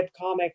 webcomic